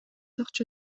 акча